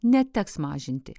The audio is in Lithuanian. neteks mažinti